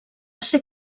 ser